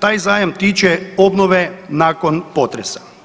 taj zajam tiče obnove nakon potresa.